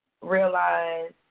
realize